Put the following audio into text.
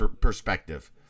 perspective